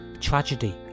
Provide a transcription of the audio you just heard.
tragedy